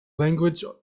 language